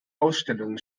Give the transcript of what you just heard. ausstellungen